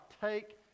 take